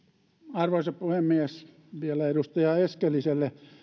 arvoisa puhemies vielä edustaja eskeliselle